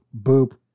boop